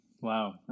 Wow